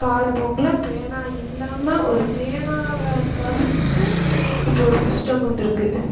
காலப்போக்கில் பேனா இல்லாமல் ஒரு பேனாவை தவிர்த்து இப்போ ஒரு சிஸ்டம் வந்துருக்குது